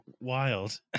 Wild